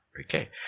Okay